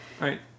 Right